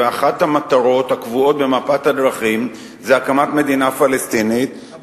אחת המטרות הקבועות במפת הדרכים היא הקמת מדינה פלסטינית,